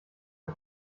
ich